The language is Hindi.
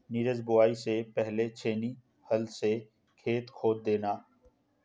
नीरज बुवाई से पहले छेनी हल से खेत खोद देना